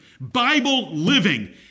Bible-living